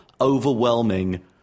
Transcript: overwhelming